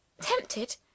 Tempted